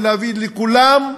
להביא לכולם,